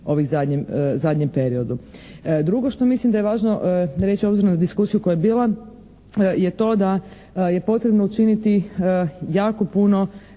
ovom zadnjem periodu. Drugo što mislim da je važno reći obzirom na diskusiju koja je bila je to da je potrebno učiniti jako puno